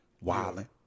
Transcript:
wilding